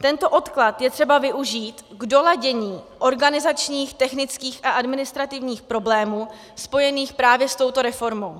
Tento odklad je třeba využít k doladění organizačních, technických a administrativních problémů spojených právě s touto reformou.